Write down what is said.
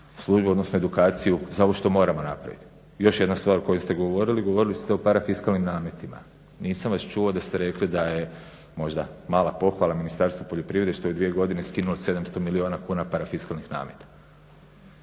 službu odnosno edukaciju za ovo što moramo napraviti. Još jedna stvar o kojoj ste govorili, govorili ste o parafiskalnim nametima. Nisam vas čuo da ste rekli da je možda mala pohvala Ministarstvu poljoprivrede što je u dvije godine skinulo 700 milijuna kuna parafiskalnih nameta